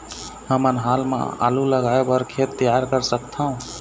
हमन हाल मा आलू लगाइ बर खेत तियार कर सकथों?